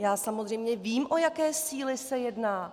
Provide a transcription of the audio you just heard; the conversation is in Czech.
Já samozřejmě vím, o jaké síly se jedná!